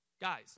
Guys